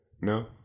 No